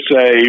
say